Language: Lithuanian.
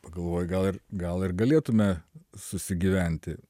pagalvoji gal ir gal ir galėtume susigyventi